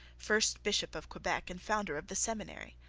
first bishop of quebec and founder of the seminary.